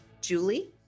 Julie